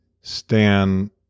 Stan